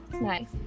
nice